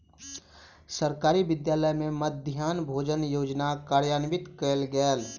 सरकारी विद्यालय में मध्याह्न भोजन योजना कार्यान्वित कयल गेल